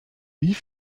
wie